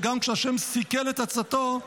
וגם כשהשם סיכל את עצתו,